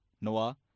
Noah